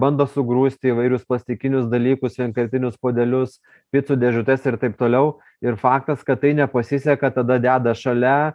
bando sugrūsti įvairius klasikinius dalykus vienkartinius puodelius picų dėžutes ir taip toliau ir faktas kad tai nepasiseka tada deda šalia